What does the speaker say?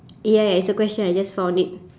ya ya it's a question I just found it